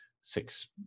six